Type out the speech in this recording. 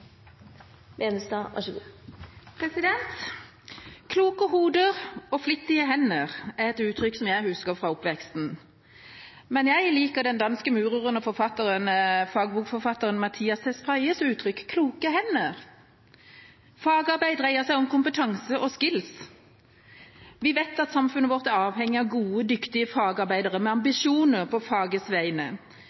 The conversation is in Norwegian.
et uttrykk jeg husker fra oppveksten, men jeg liker den danske mureren og fagbokforfatteren Mattias Tesfayes uttrykk «kloke hender». Fagarbeid dreier seg om kompetanse og «skills». Vi vet at samfunnet vårt er avhengig av gode, dyktige fagarbeidere med ambisjoner på fagets vegne.